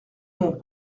ont